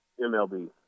MLB